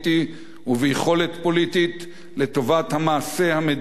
פוליטית לטובת המעשה המדיני והביטחוני.